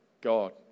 God